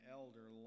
elder